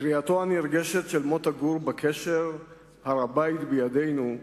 קריאתו הנרגשת של מוטה גור בקשר, "הר-הבית בידינו"